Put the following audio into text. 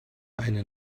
eine